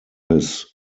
his